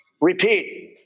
repeat